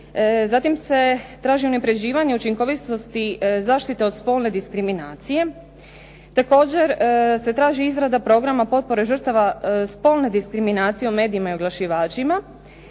Zatim se traži unapređivanje učinkovitosti zaštite od spolne diskriminacije. Također se traži izrada programa potpore žrtava spolne diskriminacije u medijima i oglašivačima.